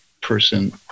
person